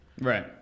Right